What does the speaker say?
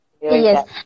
Yes